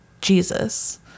Jesus